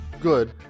good